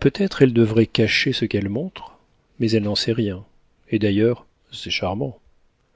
peut-être elle devrait cacher ce qu'elle montre mais elle n'en sait rien et d'ailleurs c'est charmant